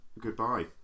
Goodbye